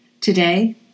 Today